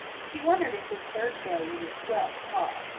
she wondered if this third failure would squelch pa.